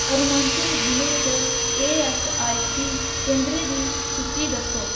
अरुणाचल जिले च एऐस्सआईसी केंदरें दी सूची दस्सो